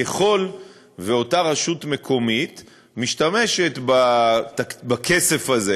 ככל שאותה רשות מקומית משתמשת בכסף הזה